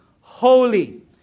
holy